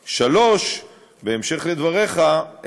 3. במשך לדבריך,